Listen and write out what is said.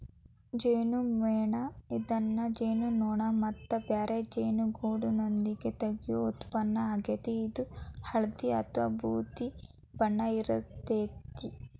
ಜೇನುಮೇಣ ಇದನ್ನ ಜೇನುನೋಣ ಮತ್ತ ಬ್ಯಾರೆ ಜೇನುಗೂಡ್ನಿಂದ ತಗಿಯೋ ಉತ್ಪನ್ನ ಆಗೇತಿ, ಇದು ಹಳ್ದಿ ಅತ್ವಾ ಬೂದಿ ಬಣ್ಣ ಇರ್ತೇತಿ